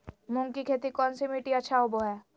मूंग की खेती कौन सी मिट्टी अच्छा होबो हाय?